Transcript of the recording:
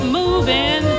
moving